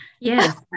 Yes